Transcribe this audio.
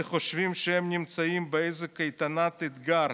"שחושבים שהם נמצאים באיזה קייטנת אתגר,